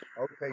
Okay